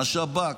השב"כ,